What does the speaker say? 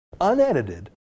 unedited